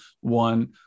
one